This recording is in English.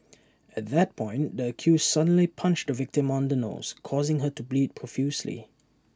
at that point the accused suddenly punched the victim on the nose causing her to bleed profusely